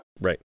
Right